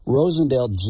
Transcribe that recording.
Rosendale